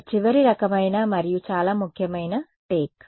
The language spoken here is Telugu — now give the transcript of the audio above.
ఒక చివరి రకమైన మరియు చాలా ముఖ్యమైన టేక్